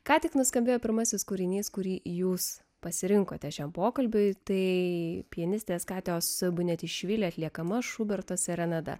ką tik nuskambėjo pirmasis kūrinys kurį jūs pasirinkote šiam pokalbiui tai pianistės gabijos abu net išvydę atliekama šuberto serenada